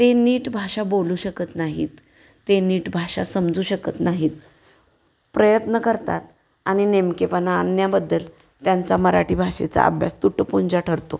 ते नीट भाषा बोलू शकत नाहीत ते नीट भाषा समजू शकत नाहीत प्रयत्न करतात आणि नेमकेपणा आणण्याबद्दल त्यांचा मराठी भाषेचा अभ्यास तुटपुंजा ठरतो